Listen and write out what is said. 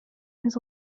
his